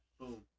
Boom